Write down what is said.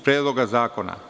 Predloga zakona.